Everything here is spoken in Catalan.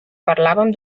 parlàvem